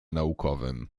naukowym